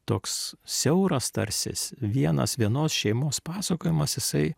toks siauras tarsi jis vienas vienos šeimos pasakojimas jisai